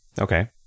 Okay